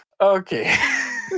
Okay